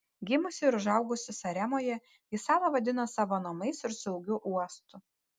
gimusi ir užaugusi saremoje ji salą vadina savo namais ir saugiu uostu